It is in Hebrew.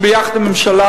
ביחד עם ההצעה של הממשלה,